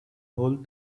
whole